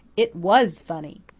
it was funny.